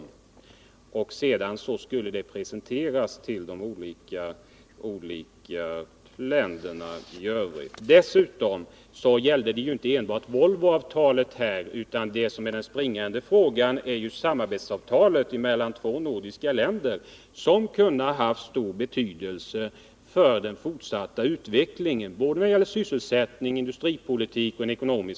Sedan skulle resultatet av förhandlingarna presenteras inför de olika länderna. Dessutom gällde förhandlingarna inte enbart Volvoavtalet, utan den viktigaste frågan var samarbetsavtalet mellan två nordiska länder, vilket kunde ha fått stor betydelse för den fortsatta utvecklingen av sysselsättning, industripolitik och ekonomi.